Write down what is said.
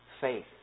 faith